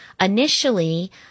initially